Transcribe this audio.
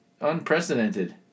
unprecedented